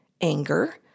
anger